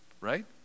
right